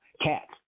cats